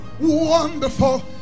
Wonderful